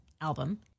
album